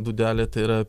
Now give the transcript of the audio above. dūdelė tai yra